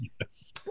yes